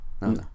no